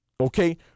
okay